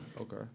Okay